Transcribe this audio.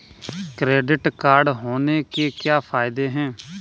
Credit card होने के क्या फायदे हैं?